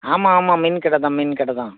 ஆமாம் ஆமாம் மீன்கடை தான் மீன்கடை தான்